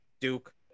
Duke